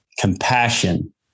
compassion